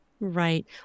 right